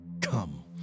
Come